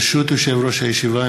ברשות יושב-ראש הישיבה,